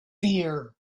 fear